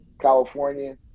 California